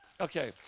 Okay